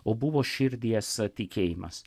o buvo širdies tikėjimas